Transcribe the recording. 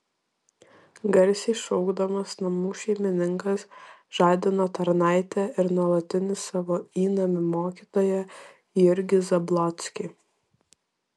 garsiai šaukdamas namų šeimininkas žadino tarnaitę ir nuolatinį savo įnamį mokytoją jurgį zablockį